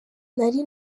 nari